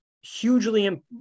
hugely